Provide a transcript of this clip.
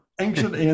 ancient